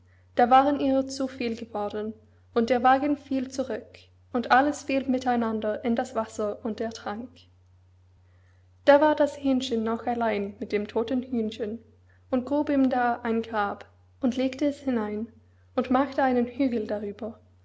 da waren ihrer zu viel geworden und der wagen fiel zurück und alles fiel miteinander in das wasser und ertrank da war das hähnchen noch allein mit dem todten hühnchen und grub ihm da ein grab und legte es hinein und machte einen hügel darüber